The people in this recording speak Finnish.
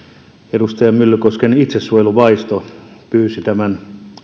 edustaja myllykosken itsesuojeluvaisto pyysi tämän